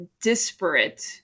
disparate